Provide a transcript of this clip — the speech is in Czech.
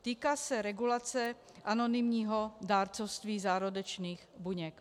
Týká se regulace anonymního dárcovství zárodečných buněk.